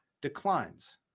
declines